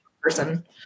person